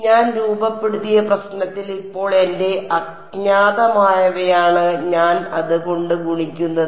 അതിനാൽ ഞാൻ രൂപപ്പെടുത്തിയ പ്രശ്നത്തിൽ ഇപ്പോൾ എന്റെ അജ്ഞാതമായവയാണ് ഞാൻ അത് കൊണ്ട് ഗുണിക്കുന്നത്